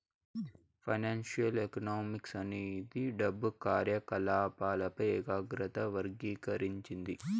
financial economics అనేది డబ్బు కార్యకాలపాలపై ఏకాగ్రత వర్గీకరించింది